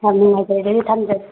ꯌꯥꯝ ꯅꯨꯡꯉꯥꯏꯖꯔꯦ ꯑꯗꯨꯗꯤ ꯊꯝꯖꯔꯒꯦ